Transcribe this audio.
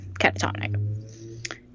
catatonic